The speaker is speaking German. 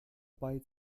bei